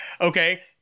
Okay